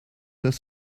their